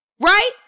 right